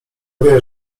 wie